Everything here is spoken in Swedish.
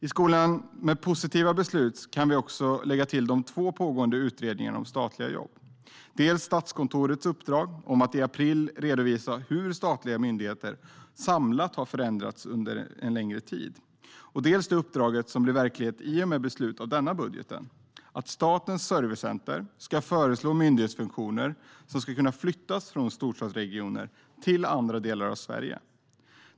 I skålen med positiva beslut kan vi också lägga de två pågående utredningarna om statliga jobb - dels Statskontorets uppdrag att i april redovisa hur statliga myndigheter samlat har förändrats under en längre tid, dels det uppdrag som blir verklighet i och med beslutet av denna budget: att Statens servicecenter ska föreslå myndighetsfunktioner som skulle kunna flyttas från storstadsregioner till andra delar av Sverige.